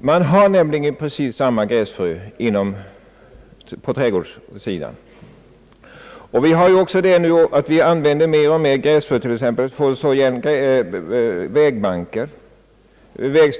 Man använder nämligen precis samma gräsfrö på trädgårdssidan som i jordbruket. Vi använder också alltmer sådant gräsfrö för att t.ex. få så jämna vägbankar som möjligt.